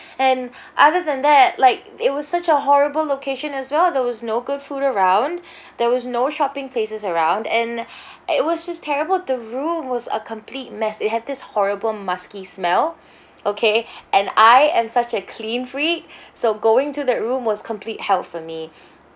and other than that like it was such a horrible location as well there was no good food around there was no shopping places around and it was just terrible the room was a complete mess it had this horrible musky smell okay and I am such a clean freak so going to that room was complete hell for me